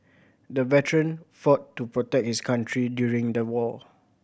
the veteran fought to protect his country during the war